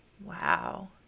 Wow